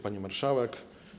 Pani Marszałek!